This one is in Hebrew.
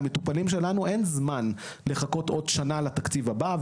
למטופלים שלנו אין זמן לחכות עוד שנה לתקציב הבא,